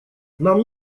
нам